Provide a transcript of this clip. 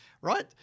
right